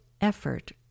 effort